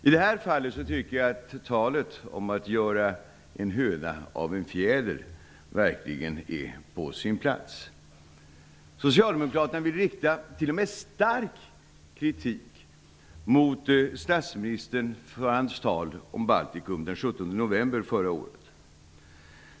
I det här fallet tycker jag att talet om att göra en höna av en fjäder verkligen är på sin plats. Socialdemokraterna vill rikta kritik -- t.o.m. stark kritik -- mot statsministern för hans tal om Baltikum den 17 november förra året.